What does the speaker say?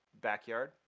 backyard